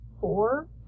four